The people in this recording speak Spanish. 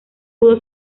pudo